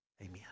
Amen